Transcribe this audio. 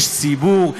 יש ציבור,